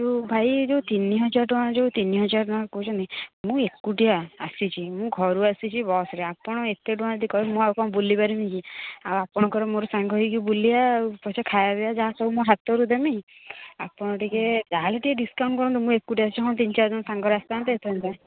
ଯେଉଁ ଭାଇ ଯେଉଁ ତିନିହଜାର ଟଙ୍କା ଯେଉଁ ତିନିହଜାର ଟଙ୍କା କହୁଛନ୍ତି ମୁଁ ଏକୁଟିଆ ଆସିଛି ମୁଁ ଘରୁ ଆସିଛି ବସ୍ରେ ଆପଣ ଏତେ ଟଙ୍କା ଯଦି କହିବେ ମୁଁ ଆଉ କ'ଣ ବୁଲିପାରିବି କି ଆଉ ଆପଣଙ୍କର ମୋର ସାଙ୍ଗ ହେଇକି ବୁଲିଆ ଆଉ ପଛେ ଖାଇଆ ପିଇବା ଯାହା ସବୁ ମୁଁ ହାତରୁ ଦେମି ଆପଣ ଟିକେ ଯାହା ହେଲେ ଟିକେ ଡିସ୍କାଉଣ୍ଟ୍ କରନ୍ତୁ ମୁଁ ଏକୁଟିଆ ଆସିଛି ହଁ ତିନି ଚାରିଜଣ ସାଙ୍ଗରେ ଆସିଥାନ୍ତେ ହେଇଥାନ୍ତା